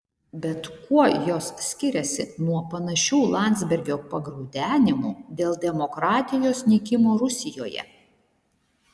bet kuo jos skiriasi nuo panašių landsbergio pagraudenimų dėl demokratijos nykimo rusijoje